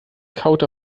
kaute